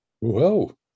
Whoa